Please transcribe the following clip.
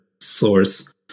source